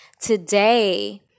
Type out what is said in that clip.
today